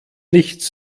nichts